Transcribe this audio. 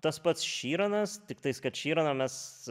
tas pats šyranas tiktais kad šyraną mes